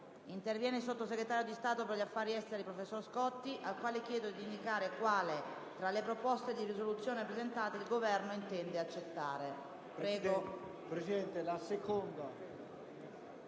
parlare il sottosegretario di Stato per gli affari esteri, professor Scotti, al quale chiedo anche di indicare quale, tra le proposte di risoluzione presentate, il Governo intende accettare.